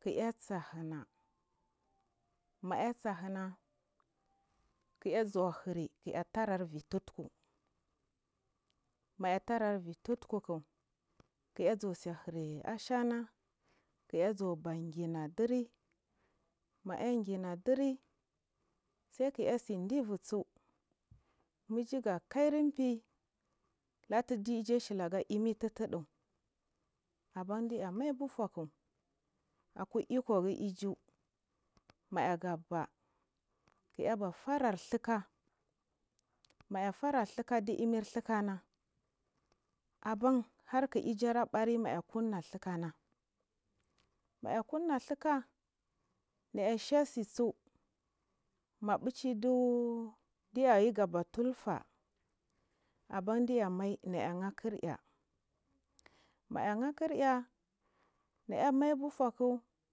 kraitshina maasahina kiyazuwa hiri kiystera elhith uku maystara idhututkukun kiyazu tse hiri ashana kya zadanginadiri ma ing gina diri sai ki yatsi divutsu maijuga karya fhni latudi iju ashiga imi tuttuɗu abandiya maibu fuk aku ikogu iju mayagabaa kiyaba fara thika maya fara duke di imi tuttudna dhaka na aban hark ijurabari maya kumna vikana maya kuna dhuka nayasha sisu mabichichiyayu maga tufa abadiya mai miya iskir aing na any ma bu fluku.